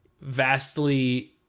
vastly